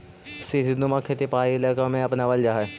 सीढ़ीनुमा खेती पहाड़ी इलाकों में अपनावल जा हई